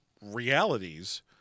realities